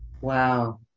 Wow